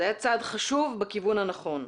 זה היה צעד חשוב בכיוון הנכון.